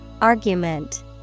Argument